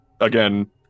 again